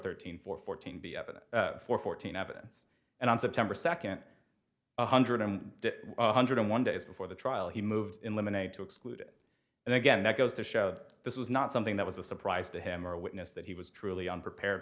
thirteen for fourteen the evidence for fourteen evidence and on september second one hundred and one hundred one days before the trial he moved in lemonade to exclude it and again that goes to show this was not something that was a surprise to him or a witness that he was truly unprepared